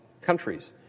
countries